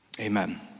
amen